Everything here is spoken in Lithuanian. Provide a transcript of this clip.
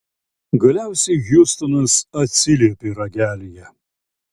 galiausiai hjustonas atsiliepė ragelyje